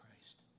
Christ